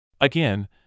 Again